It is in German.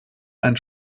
einen